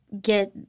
get